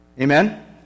Amen